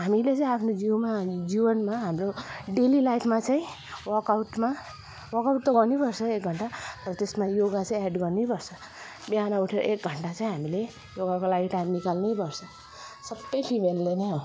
हामीले चाहिँ आफ्नो जिउमा अनि जीवनमा हाम्रो डेली लाइफमा चाहिँ वर्कआउटमा वर्कआउट त गर्नै पर्छ एक घन्टा र त्यसमा योगा चाहिँ एड गर्नैपर्छ बिहान उठेर एक घन्टा चाहिँ हामीले योगाको लागि टाइम निकाल्नैपर्छ सबै फिमेलले नै हो